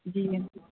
जी